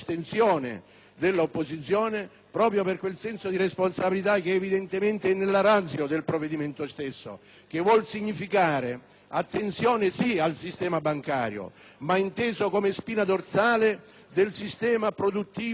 dell'opposizione, proprio per quel senso di responsabilità che evidentemente è nella *ratio* del provvedimento stesso. Si vuole riconoscere attenzione sì al sistema bancario, ma inteso come spina dorsale del sistema produttivo italiano